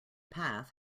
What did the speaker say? path